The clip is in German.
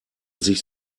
sich